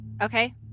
okay